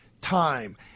time